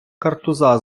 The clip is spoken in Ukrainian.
картуза